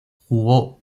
jugó